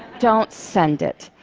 don't send it.